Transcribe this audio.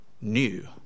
new